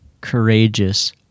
courageous